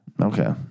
okay